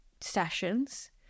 sessions